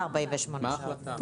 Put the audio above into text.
מה ההחלטה?